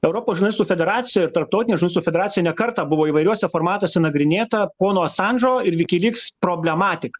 europos žurnalistų federacijoj tarptautinėj žurnalistų federacijoj ne kartą buvo įvairiuose formatuose nagrinėta pono asandžo ir wikileaks problematika